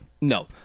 No